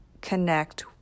connect